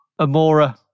Amora